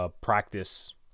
practice